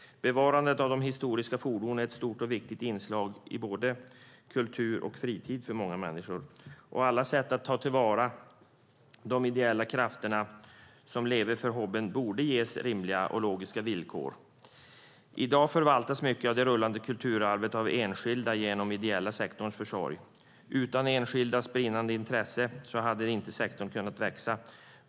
Bevarandet av historiska fordon är ett stort och viktigt inslag i både kultur och fritid för många människor. Det handlar om alla sätt att ta till vara de ideella krafterna, som lever för hobbyn. De borde ges rimliga och logiska villkor. I dag förvaltas mycket av det rullande kulturarvet av enskilda genom den ideella sektorns försorg. Utan enskildas brinnande intresse hade inte sektorn kunnat växa.